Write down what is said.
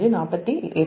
2548